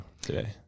today